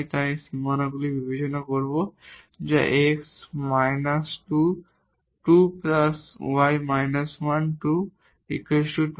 তাই এখন আমরা বাউন্ডারি পয়েন্টগুলি বিবেচনা করব যা x − 2 2 y − 1 2 20